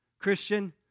Christian